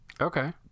okay